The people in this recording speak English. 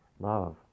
Love